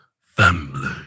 family